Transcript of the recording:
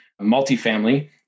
multifamily